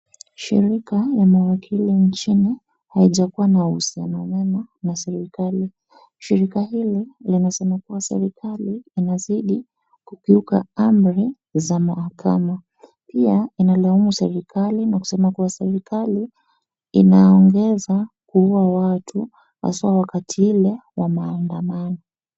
Shirika la mawakili inchini haijakuwa nauhusiano mwema na serikali. Shirika hili linasema kuwa serikali inazidi kukiuka amri za mahakama. Pia inalaumu serikali na kusema kuwa serikali inaongeza kuuwa watu haswa wakati ile wa maandamano.